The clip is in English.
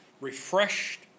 refreshed